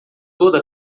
toda